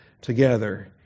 together